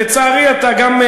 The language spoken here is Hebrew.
לצערי אתה גם,